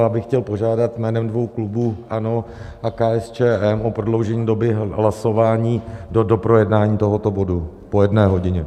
Já bych chtěl požádat jménem dvou klubů, ANO a KSČM, o prodloužení doby k hlasování do doprojednání tohoto bodu po jedné hodině.